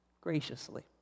graciously